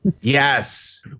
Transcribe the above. yes